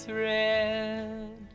red